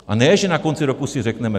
A ne že na konci roku si řekneme.